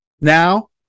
now